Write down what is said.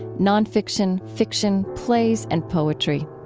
nonfiction, fiction, plays, and poetry.